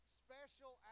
special